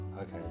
Okay